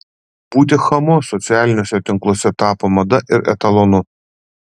būti chamu socialiniuose tinkluose tapo mada ir etalonu